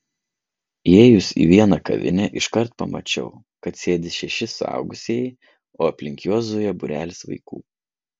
įėjus į vieną kavinę iškart pamačiau kad sėdi šeši suaugusieji o aplink juos zuja būrelis vaikų